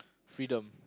freedom